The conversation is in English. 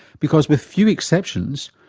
because, with few exceptions,